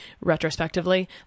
retrospectively